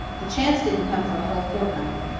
the chance didn't come for a whole fortnight.